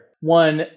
one